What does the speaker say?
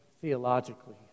theologically